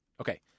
Okay